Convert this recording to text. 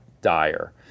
dire